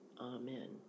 Amen